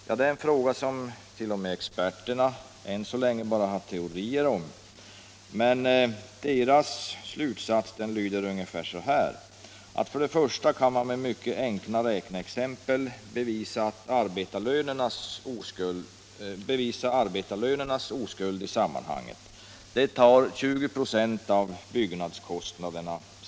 Ja, det är en fråga som t.o.m. experterna än så länge bara har teorier om.” Deras slutsats lyder ungefär så här: För det första kan man med mycket enkla räkneexempel bevisa arbetarlönernas oskuld i sammanhanget. De tar 20 procent av byggnadskostnaderna.